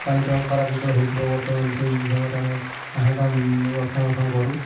ପାଣିପାଗ ଖରାପ ଯେତେବେଳେ ହୋଇଥିବ ବର୍ତ୍ତମାନ ସେହି ସମୟରେ ଆମେ ରକ୍ଷଣ ବେକ୍ଷଣ କରୁ